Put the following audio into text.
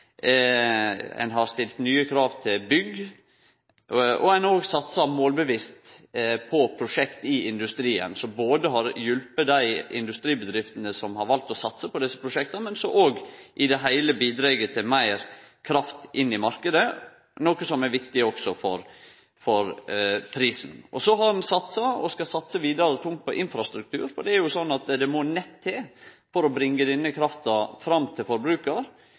Ein har stilt nye krav til bygg, og ein har òg satsa målbevisst på prosjekt i industrien som har hjelpt dei industribedriftene som har valt å satse på desse prosjekta, men òg i det heile bidrege til meir kraft inn i marknaden, noko som òg er viktig for prisen. Så har ein satsa – og vil satse vidare – tungt på infrastruktur. Det er jo sånn at det må nett til for å bringe denne krafta fram til